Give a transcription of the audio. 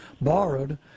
borrowed